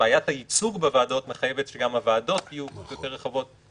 בעיית הייצוג בוועדות מחייבת שגם הוועדות יהיו יותר רחבות.